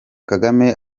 kagame